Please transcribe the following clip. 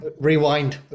Rewind